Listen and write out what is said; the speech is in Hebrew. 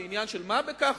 זה עניין של מה בכך,